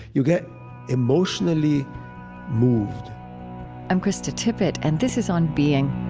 you get emotionally moved i'm krista tippett and this is on being.